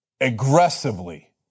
aggressively